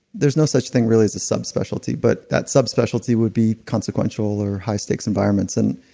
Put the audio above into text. there's no such thing really as a subspecialty, but that sub-specialty would be consequential or high stakes environments and